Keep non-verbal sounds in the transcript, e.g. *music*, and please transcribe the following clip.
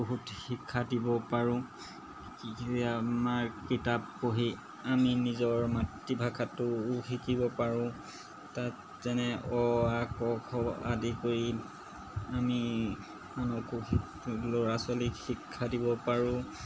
বহুত শিক্ষা দিব পাৰোঁ *unintelligible* আমাৰ কিতাপ পঢ়ি আমি নিজৰ মাতৃভাষাটোও শিকিব পাৰোঁ তাত যেনে অ আ ক খ আদি কৰি আমি *unintelligible* ল'ৰা ছোৱালীক শিক্ষা দিব পাৰোঁ